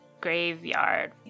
graveyard